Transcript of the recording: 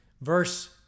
Verse